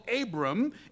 Abram